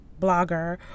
blogger